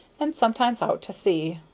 and sometimes out to sea.